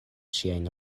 ŝiajn